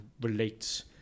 relates